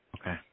Okay